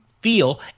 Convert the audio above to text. feel